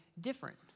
different